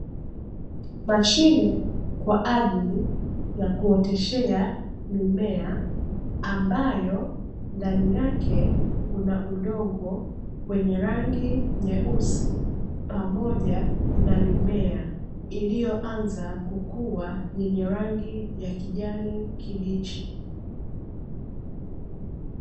Mashine kwajili ya kuoteshea mimea ambayo ndani yake kuna udongo wenye rangi nyeusi pamoja na mimea, iliyoanza kukua yenye rangi ya kijani kibichi.